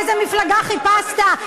באיזה מפלגה חיפשת?